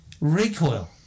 Recoil